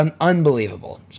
Unbelievable